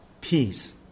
peace